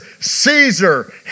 Caesar